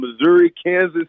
Missouri-Kansas